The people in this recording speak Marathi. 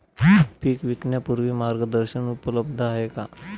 पीक विकण्यापूर्वी मार्गदर्शन उपलब्ध आहे का?